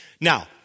Now